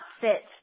sit